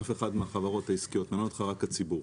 אף אחת מהחברות העסקיות, מעניין אותך רק הציבור.